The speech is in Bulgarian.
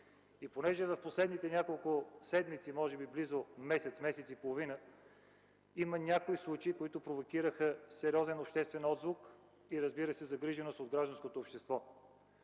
Понеже в последните няколко седмици, може би близо месец месец и половина, някои случаи провокираха сериозен обществен отзвук и, разбира се, загриженост от гражданското общество,